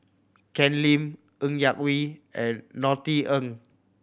Ken Lim Ng Yak Whee and Norothy Ng